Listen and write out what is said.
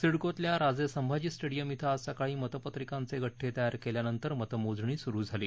सिडकोतल्या Raje Sambhaji stadium इथं आज सकाळी मतपत्रिकांचे गडे तयार केल्यानंतर मतमोजणी सुरू झाली